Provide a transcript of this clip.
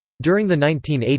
during the nineteen eighty